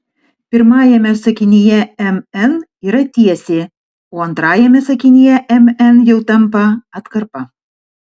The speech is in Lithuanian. pirmajame sakinyje mn yra tiesė o antrajame sakinyje mn jau tampa atkarpa